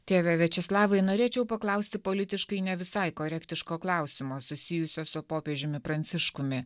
tėve viačeslavai norėčiau paklausti politiškai ne visai korektiško klausimo susijusio su popiežiumi pranciškumi